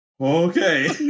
Okay